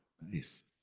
Nice